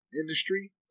industry